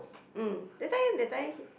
mm that's why that's why